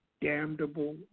damnable